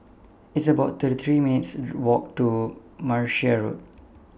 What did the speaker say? It's about thirty three minutes' Walk to Martia Road